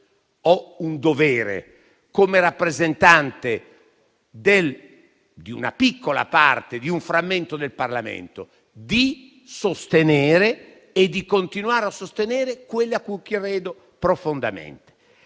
ho un dovere, come rappresentante di una piccola parte, di un frammento del Parlamento, di sostenere e di continuare a sostenere quello in cui credo profondamente.